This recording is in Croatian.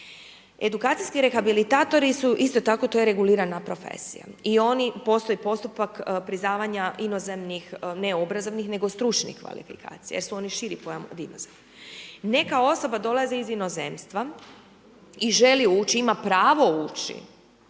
Edukacijski rehabilitatori su isto tako, to je regulirana profesija, i oni, postoji postupak priznavanja inozemnih, ne obrazovnih nego stručnih kvalifikacija, jer su oni širi pojam od inozemnih, neka osoba dolazi iz inozemstva i želi ući, ima pravo ući